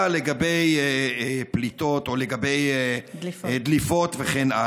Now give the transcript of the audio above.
לגבי פליטות או לגבי דליפות וכן הלאה.